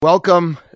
Welcome